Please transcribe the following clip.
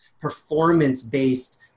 performance-based